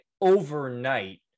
overnight